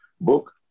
book